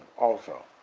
also.